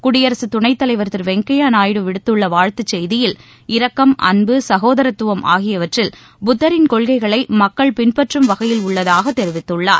குடியரசுத் துணைத்தலைவர் திரு வெங்கையா நாயுடு விடுத்துள்ள வாழ்த்துச்செய்தியில் இரக்கம் அன்பு சகோதரத்துவம் ஆகியவற்றில் புத்தரின் கொள்கைகளை மக்கள் பின்பற்றும் வகையில் உள்ளதாக தெரிவித்துள்ளார்